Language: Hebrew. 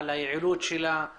בשלבי